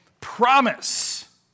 promise